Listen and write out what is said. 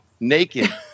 naked